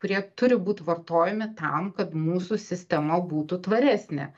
kurie turi būt vartojami tam kad mūsų sistema būtų tvaresnė